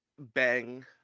Bang